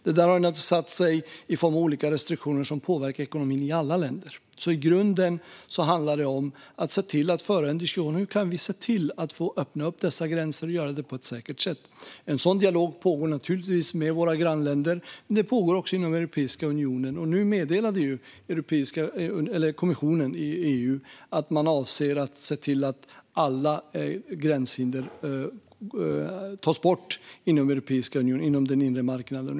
Detta har naturligtvis satt sig i form av olika restriktioner som påverkar ekonomin i alla länder. I grunden handlar det om att föra en diskussion om hur vi kan öppna dessa gränser på ett säkert sätt. En sådan dialog pågår naturligtvis med våra grannländer, men också inom Europeiska unionen. EU-kommissionen har meddelat att man avser att se till att alla gränshinder tas bort inom Europeiska unionen och inom den inre marknaden.